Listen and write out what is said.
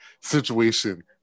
situation